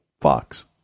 Fox